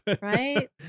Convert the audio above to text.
Right